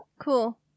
Cool